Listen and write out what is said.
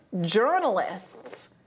journalists